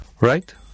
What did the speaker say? Right